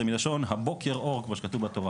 זה מלשון 'הבוקר אור' כמו שכתוב בתורה.